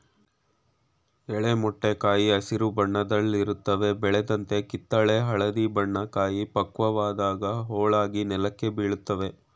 ಎಳೆ ಮೊಟ್ಟೆ ಕಾಯಿ ಹಸಿರು ಬಣ್ಣದಲ್ಲಿರುತ್ವೆ ಬೆಳೆದಂತೆ ಕಿತ್ತಳೆ ಹಳದಿ ಬಣ್ಣ ಕಾಯಿ ಪಕ್ವವಾದಾಗ ಹೋಳಾಗಿ ನೆಲಕ್ಕೆ ಬೀಳ್ತವೆ